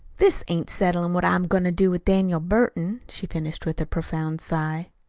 this ain't settlin' what i'm going to do with daniel burton, she finished with a profound sigh.